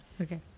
Okay